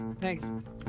thanks